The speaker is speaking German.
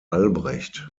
albrecht